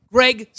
Greg